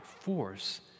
force